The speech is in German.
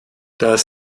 das